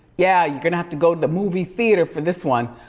yeah, you're gonna have to go to the movie theater for this one.